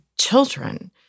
children